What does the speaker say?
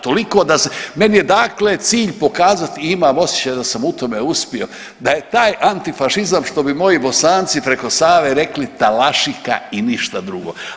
Toliko da se, meni je dakle cilj pokazati i imam osjećaj da sam u tome uspio, da je taj antifašizam što bi moji Bosanci preko Save rekli talašika i ništa drugo.